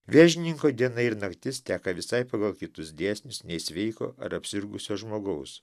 vėžininko diena ir naktis teka visai pagal kitus dėsnius nei sveiko ar apsirgusio žmogaus